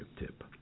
tip